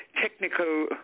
technical